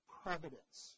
providence